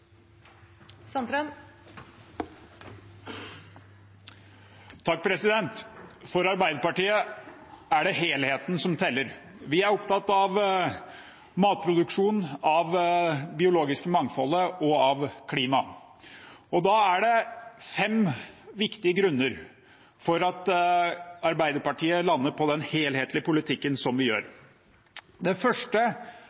det helheten som teller. Vi er opptatt av matproduksjon, av det biologiske mangfoldet og av klima, og da er det fem viktige grunner til at Arbeiderpartiet lander på den helhetlige politikken som vi gjør.